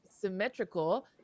Symmetrical